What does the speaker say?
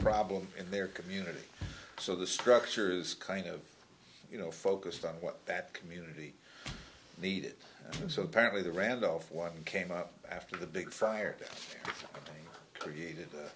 problem in their community so the structures kind of you know focused on what that community needed so apparently the randolph one came up after the big fire that created a